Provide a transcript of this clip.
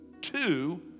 Two